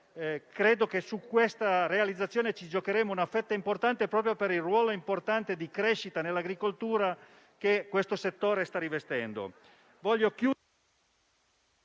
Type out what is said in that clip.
Paese. Su questa realizzazione ci giocheremo una fetta importante, proprio per il rilevante ruolo di crescita nell'agricoltura che questo settore sta rivestendo.